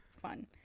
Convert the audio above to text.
fun